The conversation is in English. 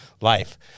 life